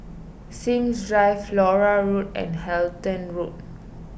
Sims Drive Flora Road and Halton Road